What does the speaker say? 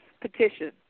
petition